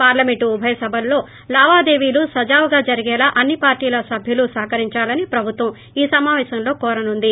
parliament ఉభయ సభల్లో లావాదేవీలు సజావుగా జరిగేలా అన్ని పార్టీల సభ్యులు సహకరించాలని ప్రభుత్వం ఈ సమాపేశంలో కోరనుంది